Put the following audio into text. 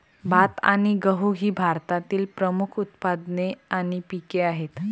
भात आणि गहू ही भारतातील प्रमुख उत्पादने आणि पिके आहेत